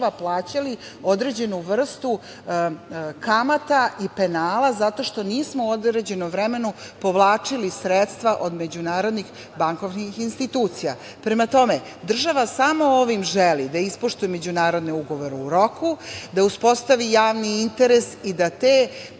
plaćali određenu vrstu kamata i penala, zato što nismo u određenom vremenu povlačili sredstva od međunarodnih bankovnih institucija. Prema tome, država ovim samo želi da ispoštuje međunarodne ugovore u roku, da uspostavi javni interes i da te